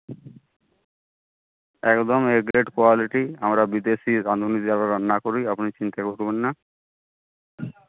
একদম A grade quality আমরা বিদেশি রাঁধুনি দিয়ে আমরা রান্না করি আপনি চিন্তা করবেন না